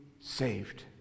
saved